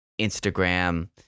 Instagram